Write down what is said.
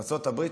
ארצות הברית,